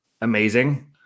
amazing